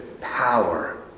power